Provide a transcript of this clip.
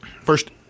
first